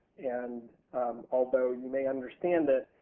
and although you may understand it,